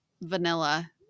vanilla